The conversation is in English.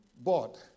board